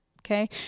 Okay